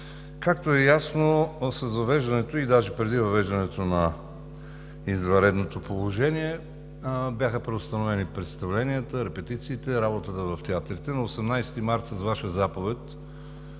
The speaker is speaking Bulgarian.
Както е ясно, с въвеждането ѝ, даже преди въвеждането на извънредното положение, бяха преустановени представленията, репетициите, работата в театрите. На 18 март беше издадена заповед